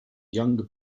younger